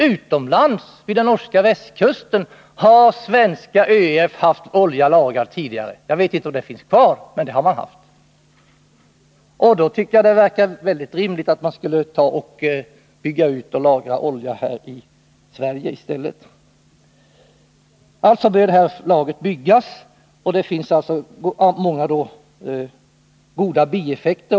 Utomlands, vid den norska västkusten, har svenska ÖF alltså haft olja lagrad; jag vet inte om lagret finns kvar, men man har haft det. Då tycker jag att det verkar väldigt rimligt att bygga ut oljelager här i Sverige i stället. Det här lagret bör alltså byggas, och det skulle också ge många goda bieffekter.